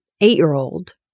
eight-year-old